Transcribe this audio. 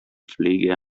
pflege